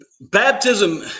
Baptism